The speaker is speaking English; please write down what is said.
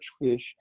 fish